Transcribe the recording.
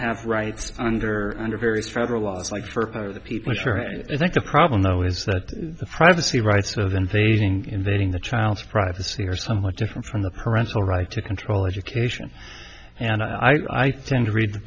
have rights under under various federal laws like for people sure i think the problem though is that the privacy rights of an invading the child's privacy are somewhat different from the parental rights to control education and i tend to read